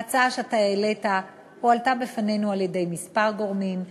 ההצעה שהעלית הועלתה בפנינו על-ידי כמה גורמים,